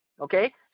okay